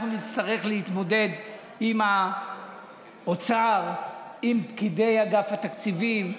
נצטרך להתמודד עם האוצר, עם פקידי אגף התקציבים.